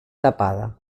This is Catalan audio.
tapada